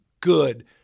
good